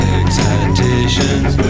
excitations